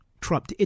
Trump